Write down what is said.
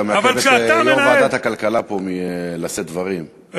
אתה מעכב את יושב-ראש ועדת הכלכלה פה מלשאת דברים,